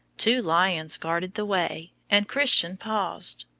two lions guarded the way, and christian paused.